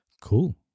Cool